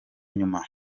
nyuma